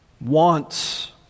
wants